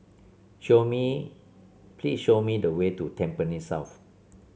show me please show me the way to Tampines South